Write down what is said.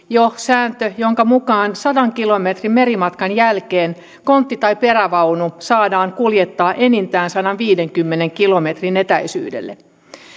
jo vuonna tuhatyhdeksänsataayhdeksänkymmentäkaksi sääntö jonka mukaan sadan kilometrin merimatkan jälkeen kontti tai perävaunu saadaan kuljettaa enintään sadanviidenkymmenen kilometrin etäisyydelle